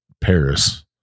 Paris